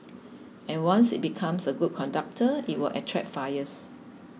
and once it becomes a good conductor it will attract fires